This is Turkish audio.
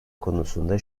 konusunda